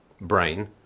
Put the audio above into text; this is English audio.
brain